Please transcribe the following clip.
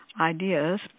ideas